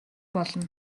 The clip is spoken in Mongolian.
болно